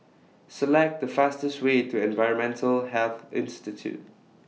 Select The fastest Way to Environmental Health Institute